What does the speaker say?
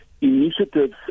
initiatives